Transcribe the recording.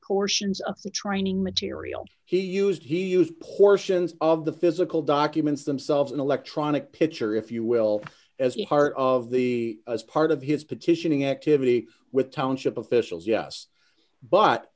portions of the training material he used he used portions of the physical documents themselves an electronic pitcher if you will as the heart of the part of his petitioning activity with township officials yes but